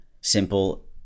Simple